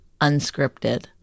unscripted